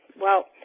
well,